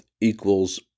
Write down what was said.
equals